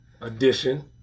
edition